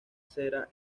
cera